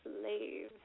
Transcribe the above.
Slave